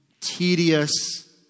tedious